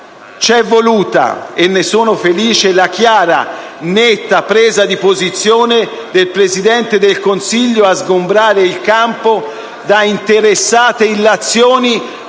C'è voluta, e ne sono felice, la chiara, netta presa di posizione del Presidente del Consiglio a sgombrare il campo da interessate illazioni,